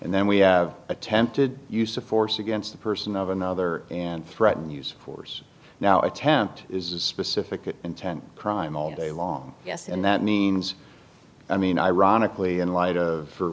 and then we have attempted use of force against the person of another and threatened use of force now attempt is a specific intent crime all day long yes and that means i mean ironically in light of